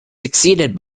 succeeded